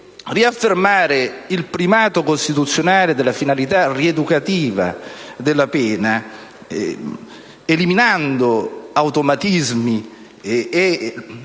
riaffermare il primato costituzionale della finalità rieducativa della pena, eliminando gli automatismi ed